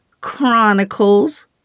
Chronicles